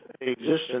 existence